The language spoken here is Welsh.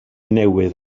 newydd